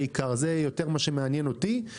אותי מעניינת בעיקר הפריפריה.